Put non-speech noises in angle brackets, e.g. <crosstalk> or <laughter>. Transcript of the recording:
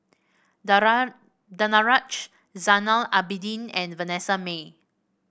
<unintelligible> Danaraj Zainal Abidin and Vanessa Mae